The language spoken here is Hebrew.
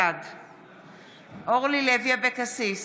בעד אורלי לוי אבקסיס,